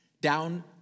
down